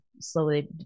slowly